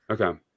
okay